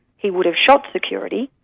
he would have shot security,